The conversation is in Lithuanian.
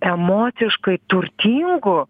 emociškai turtingu